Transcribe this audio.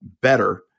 better